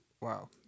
wow